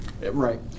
Right